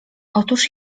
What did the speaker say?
otóż